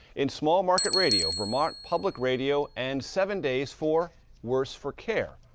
in small market radio vermont public radio and seven days for worse for care.